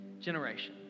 generation